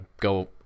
go